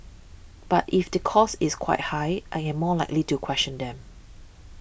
but if the cost is quite high I am more likely to question them